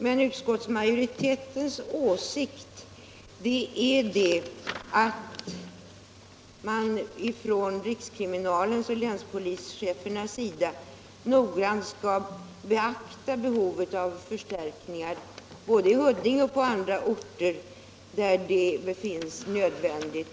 Men utskottsmajoritetens åsikt är att man från rikskriminalens och länspolischefernas sida noggrant skall beakta behovet av förstärkningar både i Huddinge och på andra orter, där det befinns nödvändigt.